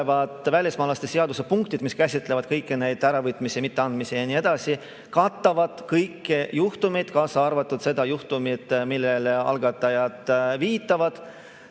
välismaalaste seaduse punktid, mis käsitlevad kõiki neid äravõtmisi, mitteandmisi ja nii edasi, katavad kõiki juhtumeid, kaasa arvatud seda juhtumit, millele algatajad viitavad.